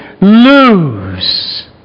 lose